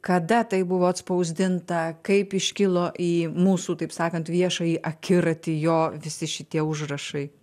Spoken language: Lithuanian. kada tai buvo atspausdinta kaip iškilo į mūsų taip sakant viešąjį akiratį jo visi šitie užrašai